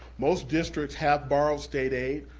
most districts have borrowed state aid,